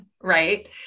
Right